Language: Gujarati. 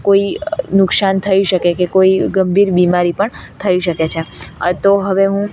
કોઈ નુકસાન થઈ શકે કે કોઈ ગંભીર બીમારી પણ થઈ શકે છે તો હવે હું